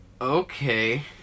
Okay